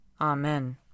Amen